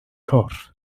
corff